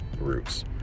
Roots